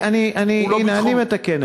הנה, אני מתקן את זה.